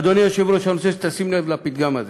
אדוני היושב-ראש, אני רוצה שתשים לב לפתגם הזה: